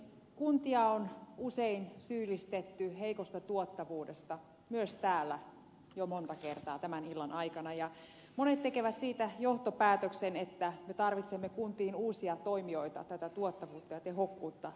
kuntia on usein syyllistetty heikosta tuottavuudesta myös täällä jo monta kertaa tämän illan aikana ja monet tekevät siitä johtopäätöksen että me tarvitsemme kuntiin uusia toimijoita tätä tuottavuutta ja tehokkuutta lisäämään